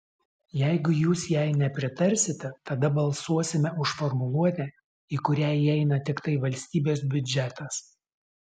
jeigu jūs jai nepritarsite tada balsuosime už formuluotę į kurią įeina tiktai valstybės biudžetas